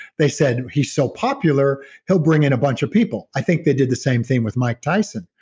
they said he's so popular he'll bring in a bunch of people. i think they did the same thing with mike tyson.